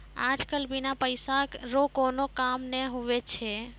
आज कल बिना पैसा रो कोनो काम नै हुवै छै